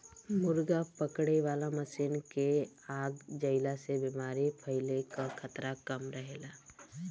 मुर्गा पकड़े वाला मशीन के आ जईला से बेमारी फईले कअ खतरा कम रहेला